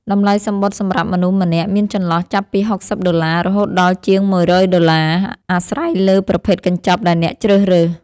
តម្លៃសំបុត្រសម្រាប់មនុស្សម្នាក់មានចន្លោះចាប់ពី ៦០ ដុល្លារ រហូតដល់ជាង ១០០ ដុល្លារ អាស្រ័យលើប្រភេទកញ្ចប់ដែលអ្នកជ្រើសរើស។